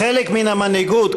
חלק מן המנהיגות,